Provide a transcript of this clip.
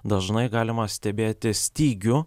dažnai galima stebėti stygių